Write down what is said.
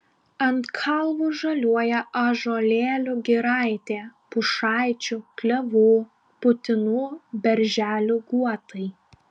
ant kalvų žaliuoja ąžuolėlių giraitė pušaičių klevų putinų berželių guotai